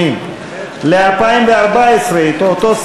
02, הכנסת, אושר לשנת 2014, כולל לוח התיקונים.